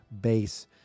base